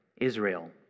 Israel